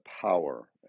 power